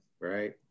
Right